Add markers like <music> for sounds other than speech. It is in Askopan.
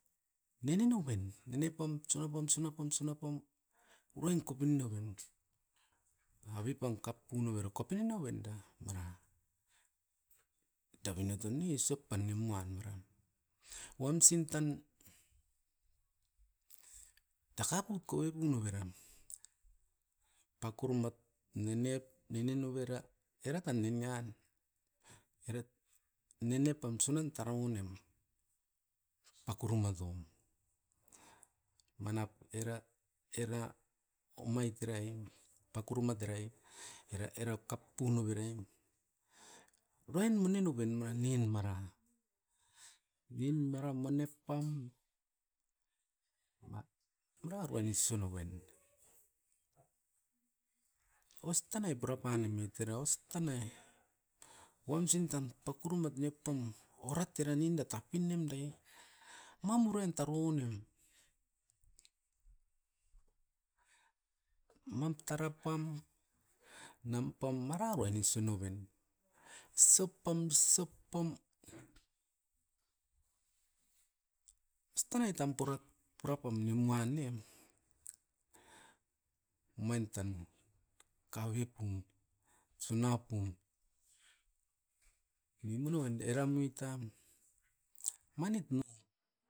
Nene noven, nene pam, sunapam suna pam suna pam uruain kopin doven. Avi pan kapunovere kopini noven da, mara. Davinoton ne isop pan nimu a maran. Uamsin tan dakaput koipu noveram pakurumat nene-nene novera, era tan nemian <hesitation> nene pam sunan tarounem. Pakuru mat oam, manap era-era omait erai pakurumat erai, era era kapu noveraim, uruain mone noven maranin mara, ninmara manepam, <noise> mara uruain sunoven. Os tanai pura panimit era os tanai, daka punovera pakurumat ueban mone sunoven, ostanai pura panomiot era ostanai. Uamsin tan pakurumat niop pam orat era ninda tapi nemdae mam urain tarounem. Mam tara pam, nampam marauen i sunoven. Sop pam, sop pam, strait tampura purapam nimoa nem, omain tan kaviopum, suna pum, nimunuen, era muitam, manit nou.